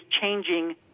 changing